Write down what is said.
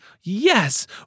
Yes